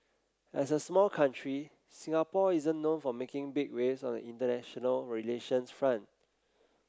as a small country Singapore isn't known for making big waves on the international relations front